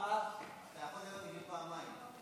אתה יכול לדבר פעמיים.